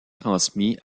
transmis